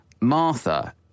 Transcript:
Martha